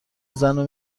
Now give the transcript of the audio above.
زنو